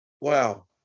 wow